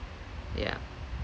yup